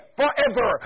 forever